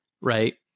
right